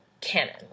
canon